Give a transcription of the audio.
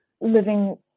living